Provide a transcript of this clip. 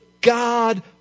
God